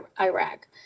Iraq